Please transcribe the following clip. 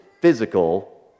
physical